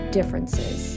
Differences